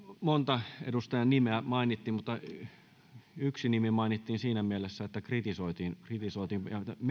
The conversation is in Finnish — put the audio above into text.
monta edustajan nimeä mainittiin mutta yksi nimi mainittiin siinä mielessä että kritisoitiin kritisoitiin